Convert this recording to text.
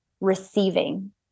receiving